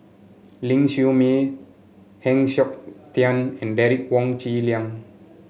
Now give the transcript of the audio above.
Ling Siew May Heng Siok Tian and Derek Wong Zi Liang